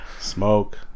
Smoke